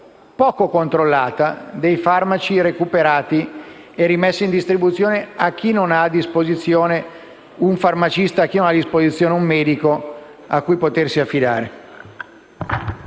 poco controllata, dei farmaci recuperati e rimessi in distribuzione a chi non ha a disposizione un farmacista o un medico a cui potersi affidare.